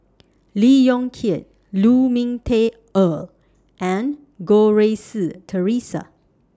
Lee Yong Kiat Lu Ming Teh Earl and Goh Rui Si Theresa